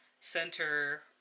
center